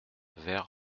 vert